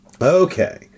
okay